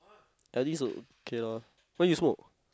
L_D is okay loh what you smoke